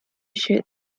should